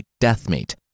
deathmate